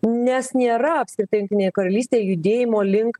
nes nėra apskritai jungtinėj karalystėj judėjimo link